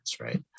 right